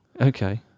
okay